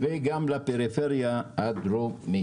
זה העודפים של העודפים של מה שנופל מן